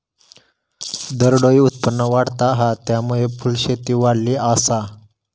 दरडोई उत्पन्न वाढता हा, त्यामुळे फुलशेती वाढली आसा